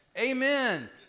amen